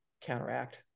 counteract